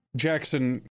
Jackson